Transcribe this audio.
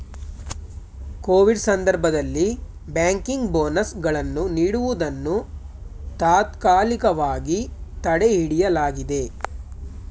Covid ಸಂದರ್ಭದಲ್ಲಿ banking bonus ಗಳನ್ನು ನೀಡುವುದನ್ನು ತಾತ್ಕಾಲಿಕವಾಗಿ ತಡೆಹಿಡಿಯಲಾಗಿದೆ